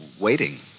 Waiting